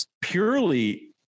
purely